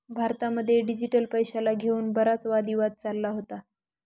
भारतामध्ये डिजिटल पैशाला घेऊन बराच वादी वाद चालला होता